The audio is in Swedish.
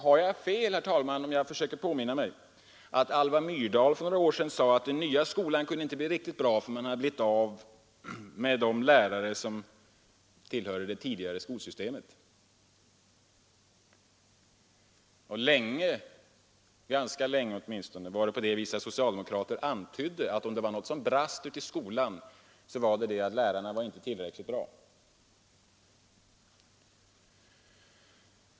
Har jag fel, herr talman, om jag erinrar om att statsrådet Alva Myrdal för några år sedan sade, att den nya skolan inte kunde bli riktigt bra förrän man blivit av med de lärare som tillhörde det tidigare skoisystemet? Ganska länge var det så att vissa socialdemokrater antydde att om något brast inom skolan berodde det på att lärarna inte var tillräckligt bra.